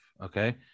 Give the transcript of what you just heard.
Okay